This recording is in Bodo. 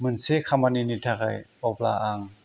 मोनसे खामानिनि थाखाय अब्ला आं